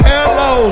Hello